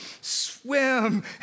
swim